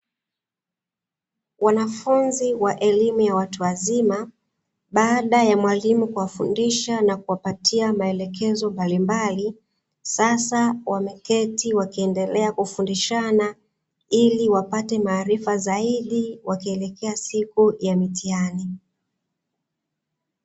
Wanafunzi wa elimu ya watu wazima, baada ya mwalimu kuwafundisha na kuwapatia maelekezo mbalimbali sasa wameketi wakiendelea kufundishana ili wapate maarifa zaidi wakielekea siku ya mitihani.